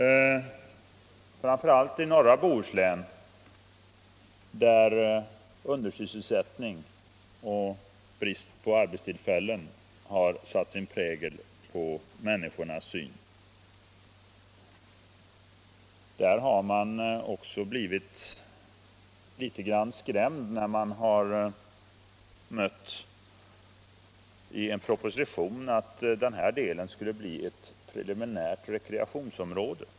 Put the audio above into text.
Det gäller framför allt norra Bohuslän, där undersysselsättningen och bristen på arbetstillfällen har satt sin prägel på människornas syn. Där har man också blivit litet skrämd av att i en proposition sägs att denna del av landet skall bli ett primärt rekreationsområde.